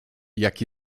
jak